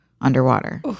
underwater